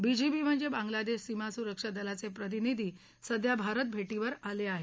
BGB म्हणजे बांगलादेश सीमासुरक्षा दलाचे प्रतिनिधी सध्या भारत भेटीवर आले आहेत